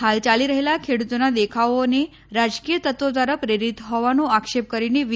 હાલ ચાલી રહેલા ખેડૂતોના દેખાવોને રાજકીય તત્વો દ્વારા પ્રેરીત હોવાનો આક્ષેપ કરીને વી